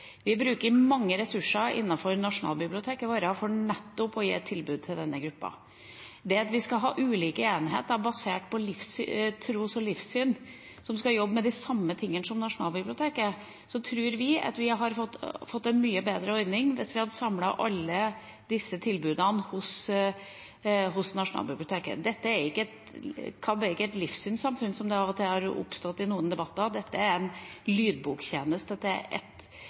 Vi bruker mange ressurser innenfor nasjonalbiblioteket vårt nettopp for å gi et tilbud til denne gruppa. Til det at vi skal ha ulike enheter basert på tros- og livssyn som skal jobbe med de samme tingene som Nasjonalbiblioteket: Vi tror at vi hadde fått en mye bedre ordning hvis vi hadde samlet alle disse tilbudene hos Nasjonalbiblioteket. KABB er ikke et livssynssamfunn, som det av og til har blitt omtalt som i noen debatter, dette er en lydboktjeneste,